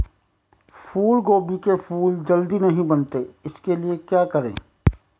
फूलगोभी के फूल जल्दी नहीं बनते उसके लिए क्या करें?